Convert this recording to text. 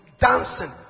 dancing